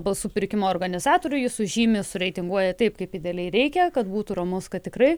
balsų pirkimo organizatoriui jūsų žymės reitinguoja taip kaip idealiai reikia kad būtų ramus kad tikrai